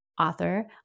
author